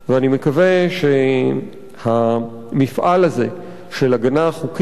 אני מקווה שהמפעל הזה של הגנה חוקית,